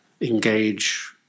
engage